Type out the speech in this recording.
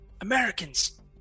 Americans